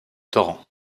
torrent